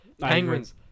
Penguins